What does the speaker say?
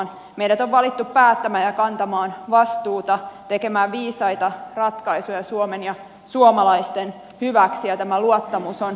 meidät on valittu päättämään ja kantamaan vastuuta tekemään viisaita ratkaisuja suomen ja suomalaisten hyväksi ja tämä luottamus on lunastettava